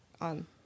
on